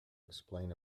explain